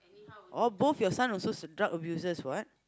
oh both your son also are drug abusers what